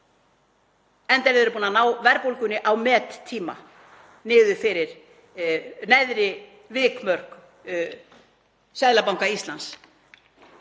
enda eru þeir búnir að ná verðbólgunni á mettíma niður fyrir neðri vikmörk Seðlabanka Íslands.